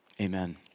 amen